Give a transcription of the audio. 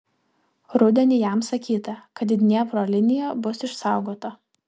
rudenį jam sakyta kad dniepro linija bus išsaugota